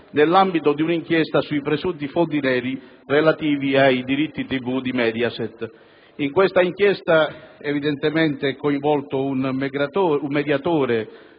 nell'ambito di un'inchiesta su presunti fondi neri relativi ai diritti TV di Mediaset. In questa inchiesta sono coinvolti un mediatore,